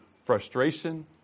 frustration